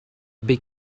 big